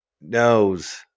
knows